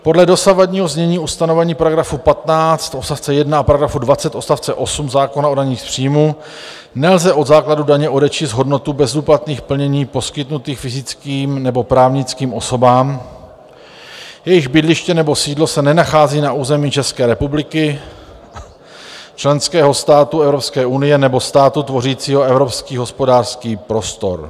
Podle dosavadního znění ustanovení § 15 odst. 1 a § 20 odst. 8 zákona o daních z příjmů nelze od základu daně odečíst hodnotu bezúplatných plnění poskytnutých fyzickým nebo právnickým osobám, jejichž bydliště nebo sídlo se nenachází na území České republiky, členského státu Evropské unie nebo státu tvořícího evropský hospodářský prostor.